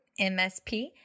MSP